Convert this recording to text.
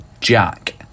Jack